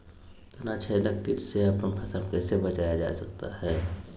तनाछेदक किट से कैसे अपन फसल के बचाया जा सकता हैं?